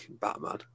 batman